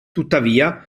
tuttavia